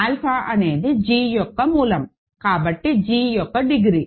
alpha అనేది g యొక్క మూలం కాబట్టి g యొక్క డిగ్రీ